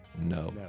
no